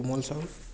কোমল চাউল